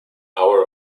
hour